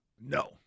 No